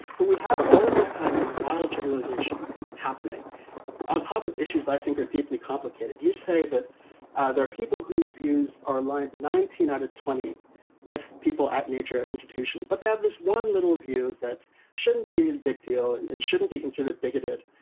but we have all these kinds of wild generalizations happening on top of issues i think are deeply complicated. you say that ah there are people whose views are like nineteen out of twenty with people at major institutions, but they have this one little view that shouldn't be a big deal and and shouldn't be considered bigoted.